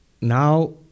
now